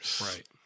Right